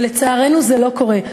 ולצערנו זה לא קורה.